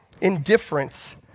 indifference